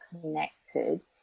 connected